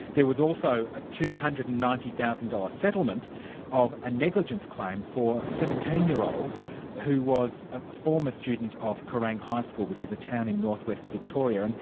there was also a two hundred and ninety thousand dollars settlement of a negligence claim for a seventeen year old who was a former student of kerang high school, which is a town in north-west victoria, and